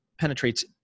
penetrates